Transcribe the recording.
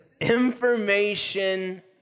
information